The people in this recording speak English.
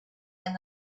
and